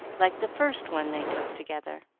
like the first one they took together.